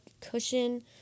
cushion